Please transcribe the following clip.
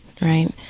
right